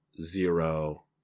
zero